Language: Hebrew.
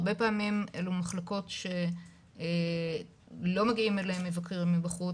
הרבה פעמים אלו מחלקות שלא מגיעים אליהם מבקרים מבחוץ,